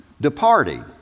Departing